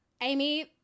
Amy